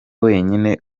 wenyine